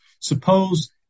Suppose